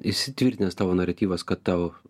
įsitvirtinęs tavo naratyvas kad tau